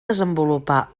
desenvolupar